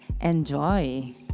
enjoy